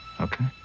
Okay